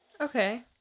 Okay